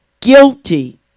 guilty